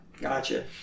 Gotcha